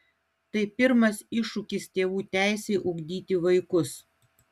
tai pirmas iššūkis tėvų teisei ugdyti vaikus